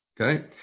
Okay